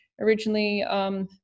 originally